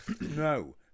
no